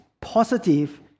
positive